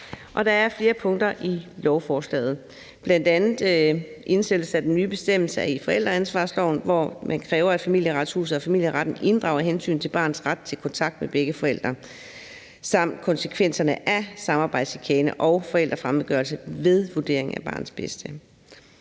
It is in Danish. Der er flere punkter i lovforslaget, bl.a. en indsættelse af den nye bestemmelse i forældreansvarsloven, hvor man kræver, at Familieretshuset og familieretten inddrager hensynet til barnets ret til kontakt med begge forældre samt konsekvenserne af samarbejdschikane og forældrefremmedgørelse ved vurderingen af barnets bedste.